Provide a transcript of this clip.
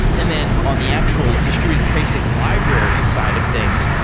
and then on the actual distributed tracing library side of things,